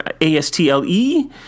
A-S-T-L-E